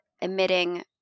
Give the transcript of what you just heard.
emitting